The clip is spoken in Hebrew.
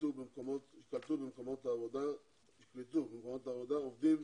שיקלטו במקומות עבודה עובדים